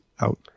out